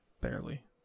barely